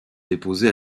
déposées